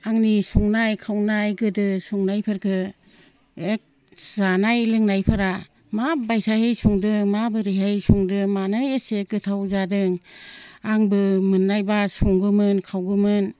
आंनि संनाय खावनाय गोदो संनायफोरखौ जानाय लोंनायफोरा माबायसाहै संदों माबोरैहाय संदों मानो एसे गोथाव जादों आंबो मोननायबा संगौमोन खावगौमोन